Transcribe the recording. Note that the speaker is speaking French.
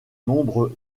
nombre